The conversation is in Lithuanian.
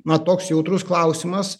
na toks jautrus klausimas